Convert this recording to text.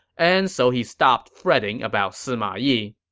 and so he stopped fretting about sima yi